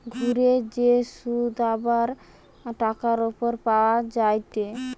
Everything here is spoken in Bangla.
ঘুরে যে শুধ আবার টাকার উপর পাওয়া যায়টে